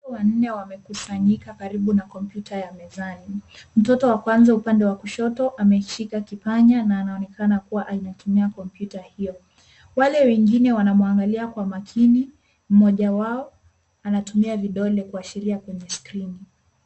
Watoto wanne wamekusanyika karibu na kompyuta ya mezani. Mtoto wa kwanza upande wa kushoto ameshika kipanya na anaonekana kuwa anatumia kompyuta hio. Wale wengine wanamwangalia kwa makini, mmoja wao anatumia vidole kuashiria kwenye skrini.